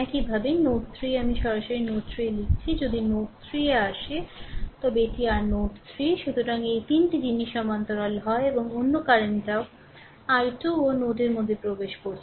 একইভাবে নোড 3 এ আমি সরাসরি নোড 3 এ লিখছি যদি নোড 3 এ আসে তবে এটি rনোড 3 সুতরাং এই 3 টি জিনিস সমান্তরাল হয় এবং অন্য কারেন্টi 2ও নোডের মধ্যে প্রবেশ করছে